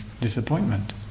disappointment